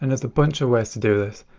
and there's a bunch of ways to do this.